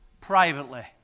Privately